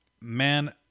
man